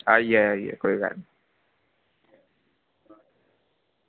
आई जायो आई जायो कोई गल्ल निं